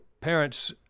parents